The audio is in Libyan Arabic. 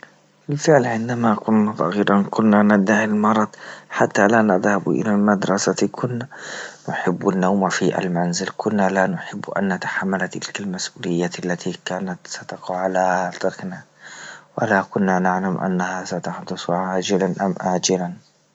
رسالة عندما كنا صغيرا كنا ندعي المرض حتى لا نذهب إلى المدرسة كنا نحب النوم في المنزل كنا لا نحب أن نتحمل تلك المسئولية التي كانت ستقع على عاتقنا، ولا كنا نعلم أنها ستحدث عاجلا أم أجلا.